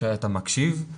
כשאתה מקשיב,